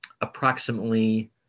approximately